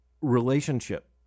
relationship